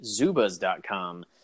Zubas.com